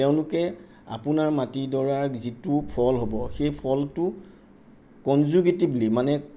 তেওঁলোকে আপোনাৰ মাটিডৰাত যিটো ফল হ'ব সেই ফলটো কনজুকেটিভলি মানে